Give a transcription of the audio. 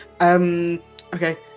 Okay